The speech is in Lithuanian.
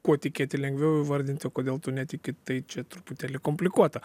kuo tikėti lengviau įvardint o kodėl tu netiki tai čia truputėlį komplikuota